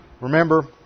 remember